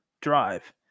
drive